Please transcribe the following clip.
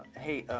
hey, ah,